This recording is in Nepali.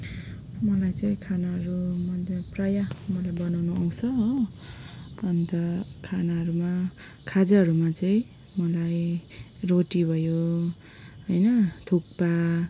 मलाई चाहिँ खानाहरू भन्द प्राय मलाई बनाउनु आउँछ हो अन्त खानाहरूमा खाजाहरूमा चाहिँ मलाई रोटी भयो होइन थुक्पा